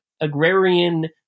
agrarian